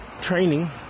training